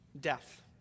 death